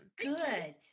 Good